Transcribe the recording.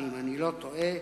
אם אני לא טועה,